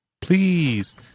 Please